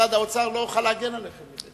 למשרד האוצר: לא אוכל להגן עליכם יותר?